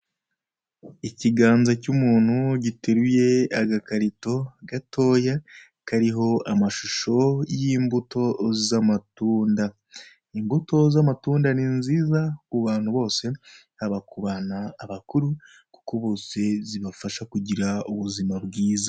Ikiganza cy'umuntu giteruye agakarito gatoya kariho amashusho y'imbuto z'amatunda. Imbuto z'amatunda ni nziza kubantu bose yaba ku bana abakuru kuko bose zibafasha kugira ubuzima bwiza.